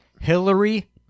Hillary